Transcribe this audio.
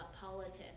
politics